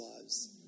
lives